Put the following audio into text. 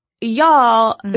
y'all